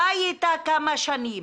חי איתה כמה שנים.